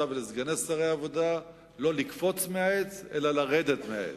ולסגני שרי העבודה לא לקפוץ מהעץ אלא לרדת מהעץ.